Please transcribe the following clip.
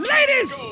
Ladies